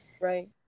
right